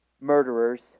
murderers